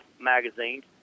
magazines